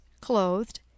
CLOTHED